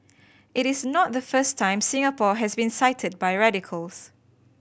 it is not the first time Singapore has been cited by radicals